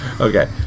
Okay